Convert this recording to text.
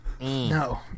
No